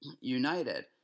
United